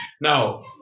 Now